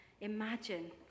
imagine